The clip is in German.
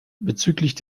bezüglich